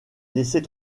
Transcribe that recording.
laisser